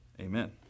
Amen